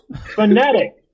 phonetic